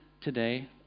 today